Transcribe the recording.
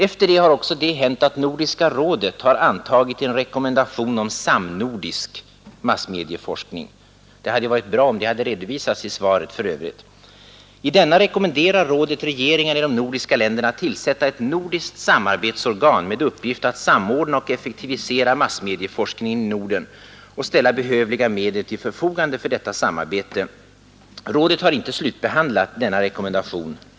Vidare har därefter Nordiska rådet antagit en rekommendation om samnordisk massmedieforskning. Det hade för övrigt varit bra om detta hade redovisats i interpellationssvaret. Nordiska rådet rekommenderar alltså regeringarna i de nordiska länderna att tillsätta ett nordiskt samarbetsorgan med uppgift att samordna och effektivisera massmedieforskningen i Norden och ställa behövliga medel till förfogande för detta samarbete. Rådet har ännu inte slutbehandlat denna rekommendation.